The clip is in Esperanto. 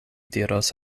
diros